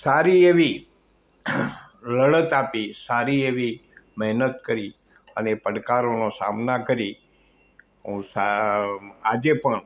સારી એવી લડત આપી સારી એવી મહેનત કરી અને પડકારોઓનો સામના કરી હું સા અ અ આજે પણ